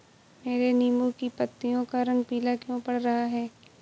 मेरे नींबू की पत्तियों का रंग पीला क्यो पड़ रहा है?